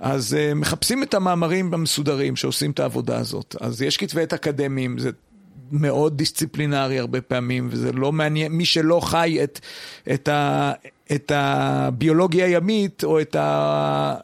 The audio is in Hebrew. אז מחפשים את המאמרים המסודרים שעושים את העבודה הזאת. אז יש כתבי עת אקדמיים, זה מאוד דיסציפלינרי הרבה פעמים, וזה לא מעניין מי שלא חי את הביולוגיה הימית או את ה...